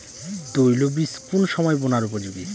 তৈল বীজ কোন সময় বোনার উপযোগী?